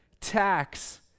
tax